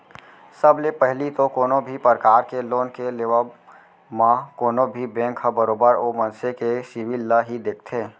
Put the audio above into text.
सब ले पहिली तो कोनो भी परकार के लोन के लेबव म कोनो भी बेंक ह बरोबर ओ मनसे के सिविल ल ही देखथे